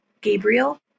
Gabriel